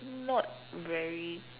not very